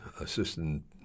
assistant